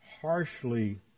harshly